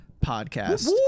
podcast